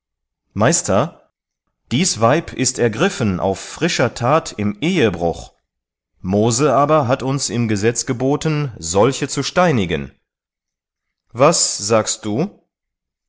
meister dies weib ist ergriffen auf frischer tat im ehebruch mose aber hat uns im gesetz geboten solche zu steinigen was sagst du